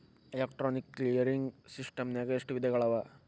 Electronic clearing ಸಿಸ್ಟಮ್ನಾಗ ಎಷ್ಟ ವಿಧಗಳವ?